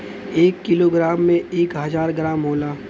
एक kilogram में एक हजार ग्राम होला